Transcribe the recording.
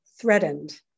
threatened